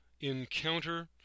Encounter